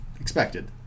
expected